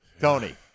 Tony